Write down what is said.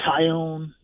Tyone